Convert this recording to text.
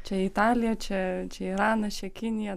čia italija čia čia iranas čia kinija